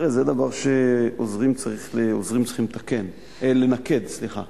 תראה, זה דבר שעוזרים צריכים לתקן, לנקד, סליחה,